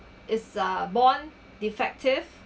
is a born defective